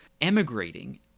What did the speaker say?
emigrating